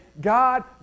God